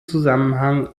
zusammenhang